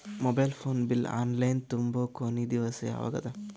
Mobile phone bill online ತುಂಬೊ ಕೊನಿ ದಿವಸ ಯಾವಗದ?